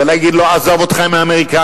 ולומר לו: עזוב אותך מהאמריקנים,